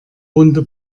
runde